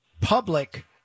public